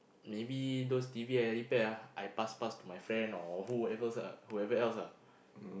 maybe those T_V I repair ah I pass pass to my friend or whoever else whoever else ah